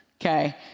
okay